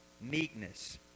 meekness